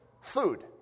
Food